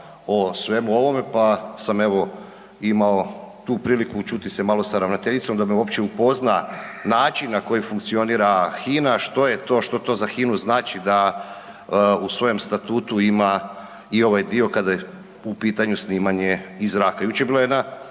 o svemu ovome, pa sam imao tu priliku čuti se malo sa ravnateljicom da me uopće upozna način na koji funkcionira HINA, što je to, što to za HINA-u znači da u svojem statutu ima i ovaj dio kada je u pitanju snimanje iz zraka. Jučer je bila jedna